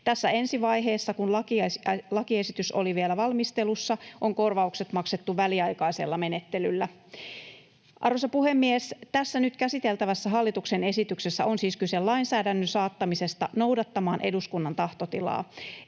Tässä ensi vaiheessa, kun lakiesitys oli vielä valmistelussa, on korvaukset maksettu väliaikaisella menettelyllä. Arvoisa puhemies! Tässä nyt käsiteltävässä hallituksen esityksessä on siis kyse lainsäädännön saattamisesta noudattamaan eduskunnan tahtotilaa